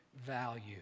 value